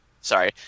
sorry